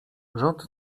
rząd